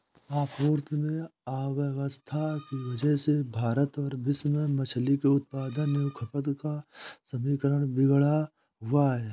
आपूर्ति में अव्यवस्था की वजह से भारत और विश्व में मछली के उत्पादन एवं खपत का समीकरण बिगड़ा हुआ है